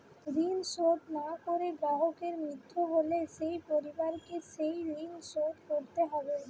ঋণ শোধ না করে গ্রাহকের মৃত্যু হলে তার পরিবারকে সেই ঋণ শোধ করতে হবে?